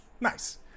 Nice